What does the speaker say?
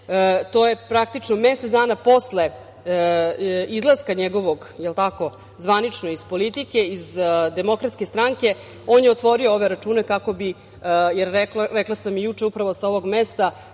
to je praktično mesec dana posle izlaska njegovog zvanično iz Demokratske stranke, on je otvorio ove račune kako bi… jer, rekla sam i juče upravo sa ovog mesta,